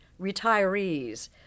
retirees